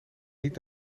niet